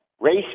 race